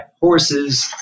horses